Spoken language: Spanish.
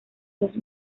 los